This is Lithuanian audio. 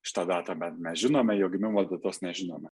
šitą datą me mes žinome jo gimimo datos nežinome